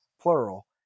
plural